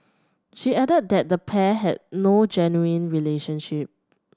she added that the pair had no genuine relationship